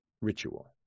ritual